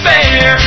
Fair